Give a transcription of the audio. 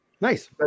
Nice